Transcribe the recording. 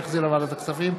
שהחזירה ועדת הכספים,